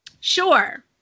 Sure